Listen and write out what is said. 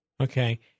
Okay